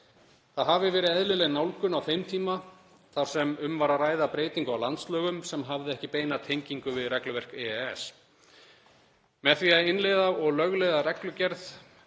Það hafi verið eðlileg nálgun á þeim tíma þar sem um var að ræða breytingu á landslögum sem hafði ekki beina tengingu við regluverk EES. Með því að innleiða og lögleiða reglugerð